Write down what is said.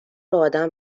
آدم